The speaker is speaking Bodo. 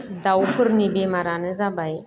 दाउफोरनि बेमारानो जाबाय